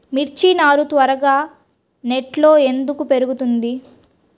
మిర్చి నారు త్వరగా నెట్లో ఎందుకు పెరుగుతుంది?